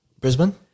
Brisbane